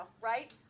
right